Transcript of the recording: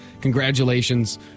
Congratulations